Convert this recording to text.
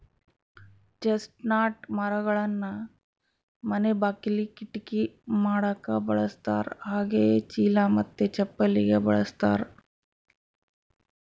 chestnut ಮರಗಳನ್ನ ಮನೆ ಬಾಕಿಲಿ, ಕಿಟಕಿ ಮಾಡಕ ಬಳಸ್ತಾರ ಹಾಗೆಯೇ ಚೀಲ ಮತ್ತೆ ಚಪ್ಪಲಿಗೆ ಬಳಸ್ತಾರ